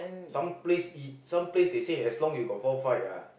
some place it some place they say as long you got four fight ah